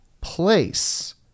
place